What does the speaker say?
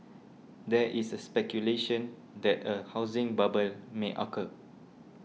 there is a speculation that a housing bubble may occur